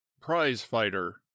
prize-fighter